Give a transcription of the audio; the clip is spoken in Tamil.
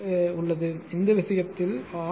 எனவே இந்த விஷயத்தில் ஆர்